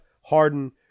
Harden